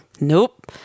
Nope